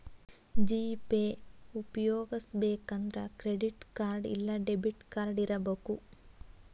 GPay ಉಪ್ಯೊಗಸ್ಬೆಕಂದ್ರ credit card ಇಲ್ಲಾ debit card ಇರಬಕು